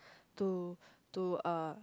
to to uh